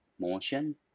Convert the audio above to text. motion